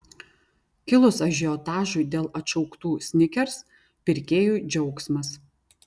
kilus ažiotažui dėl atšauktų snickers pirkėjų džiaugsmas